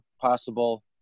possible